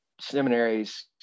seminaries